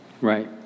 Right